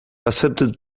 accepted